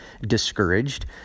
discouraged